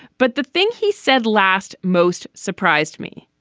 but the thing he said last most surprised me.